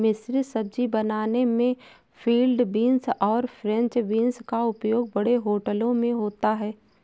मिश्रित सब्जी बनाने में फील्ड बींस और फ्रेंच बींस का उपयोग बड़े होटलों में होता है